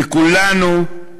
מכולנו,